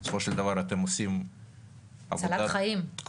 בסופו של דבר אתם עושים עבודת קודש,